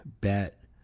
bet